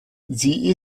sie